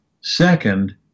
Second